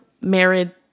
married